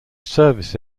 service